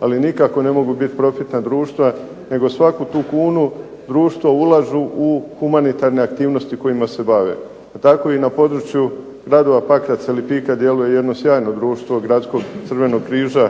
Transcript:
ali nikako ne mogu biti profitna društva nego svaku tu kunu društva ulažu u humanitarne aktivnosti kojima se bave. Pa tako i na području gradova Pakraca i Lipika djeluje jedno sjajno društvo gradskog Crvenog križa